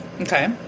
Okay